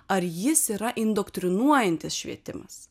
ar jis yra indoktrinuojantis švietimas